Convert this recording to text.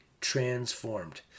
transformed